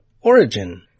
origin